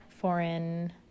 foreign